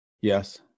Yes